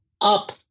up